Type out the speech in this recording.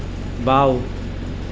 বাঁও